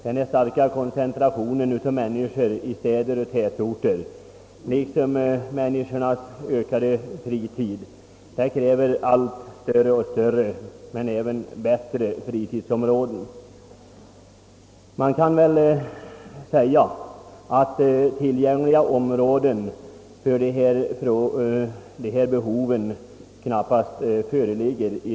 Den starka koncentrationen av be folkningen till städer och tätorter liksom människornas ökade fritid kräver allt större men även bättre fritidsområden. Man kan säga att tillräckliga områden av dessa slag i dag knappast föreligger.